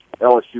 LSU